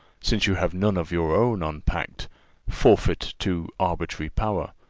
since you have none of your own unpacked forfeit to arbitrary power,